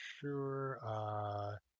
sure